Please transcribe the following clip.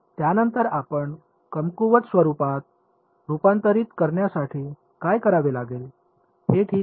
तर त्यानंतर आपण कमकुवत स्वरुपात रूपांतरित करण्यासाठी काय करावे लागेल हे ठीक आहे